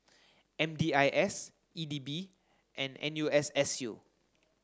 M D I S E D B and N U S S U